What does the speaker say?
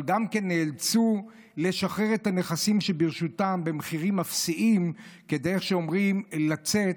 אבל גם נאלצו לשחרר את הנכסים שברשותם במחירים אפסיים כדי לצאת.